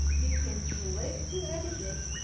you can click to edit it,